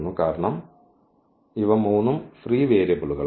കാരണം ഇവ മൂന്നും ഫ്രീ വേരിയബിളുകളാണ്